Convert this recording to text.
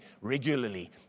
regularly